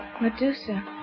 Medusa